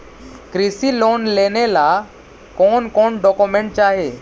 कृषि लोन लेने ला कोन कोन डोकोमेंट चाही?